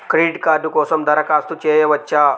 Credit card కోసం దరఖాస్తు చేయవచ్చా?